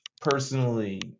personally